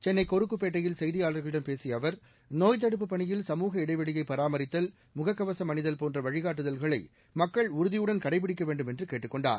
சென்னை கொருக்குப் பேட்டையில் செய்தியாளர்களிடம் பேசிய அவர் நோய்த் தடுப்புப் பணியில் சமூக இடைவெளியைப் பராமரித்தல் முகக்கவசம் அணிதல் போன்ற வழிகாட்டுதல்களை மக்கள் உறுதியுடன் கடைபிடிக்க வேண்டும் என்று கேட்டுக் கொண்டார்